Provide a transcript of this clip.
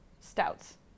stouts